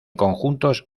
conjuntos